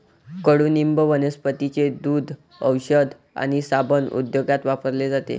कडुनिंब वनस्पतींचे दूध, औषध आणि साबण उद्योगात वापरले जाते